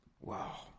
Wow